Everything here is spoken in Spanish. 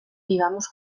vivamos